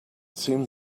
seems